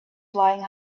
flying